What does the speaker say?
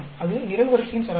அது நிரல்வரிசையின் சராசரி